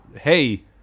hey